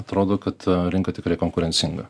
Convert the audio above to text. atrodo kad rinka tikrai konkurencinga